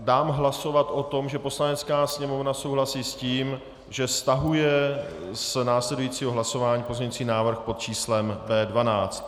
Dám hlasovat o tom, že Poslanecká sněmovna souhlasí s tím, že stahuje z následujícího hlasování pozměňovací návrh pod číslem B12.